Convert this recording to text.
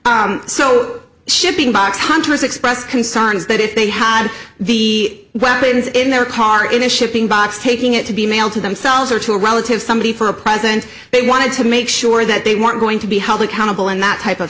so shipping box hunters expressed concerns that if they had the weapons in their car in a shipping box taking it to be mailed to themselves or to a relative somebody for a president they wanted to make sure that they weren't going to be held accountable and that type of